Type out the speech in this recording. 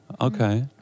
Okay